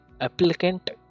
applicant